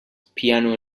piano